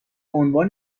عنوان